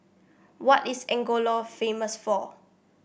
what is Angola famous for